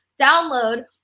download